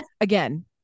again